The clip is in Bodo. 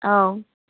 औ